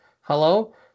Hello